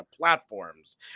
platforms